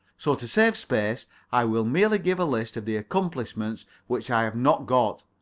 so to save space i will merely give a list of the accomplishments which i have not got,